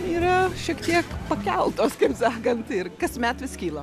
yra šiek tiek pakeltos kaip sakant ir kasmet vis kyla